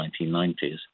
1990s